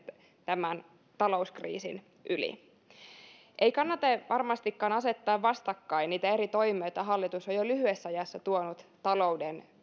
tämän talouskriisin yli ei kannata varmastikaan asettaa vastakkain niitä eri toimia joita hallitus on jo lyhyessä ajassa tuonut talouden